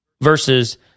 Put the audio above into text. versus